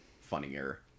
funnier